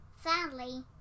sadly